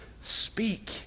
speak